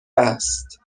است